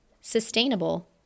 sustainable